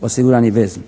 osigurani vez.